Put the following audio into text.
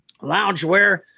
loungewear